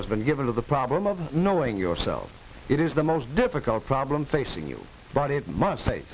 as been given to the problem of knowing yourself it is the most difficult problem facing you but it must sa